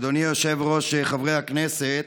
אדוני היושב-ראש, חברי הכנסת,